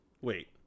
Wait